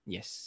Yes